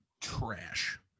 trash